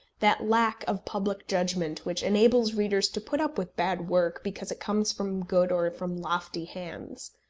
that lack of public judgment which enables readers to put up with bad work because it comes from good or from lofty hands.